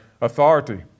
authority